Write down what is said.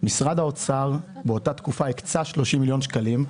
משרד האוצר באותה תקופה הקצה שלושה מיליון שקלים,